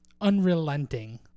unrelenting